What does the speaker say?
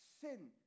sin